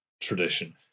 tradition